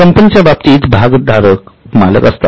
कंपनीच्या बाबतीत भागधारक मालक असतात